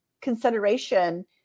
consideration